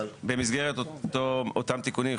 במסגרת אותם תיקונים,